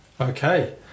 okay